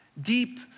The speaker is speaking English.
deep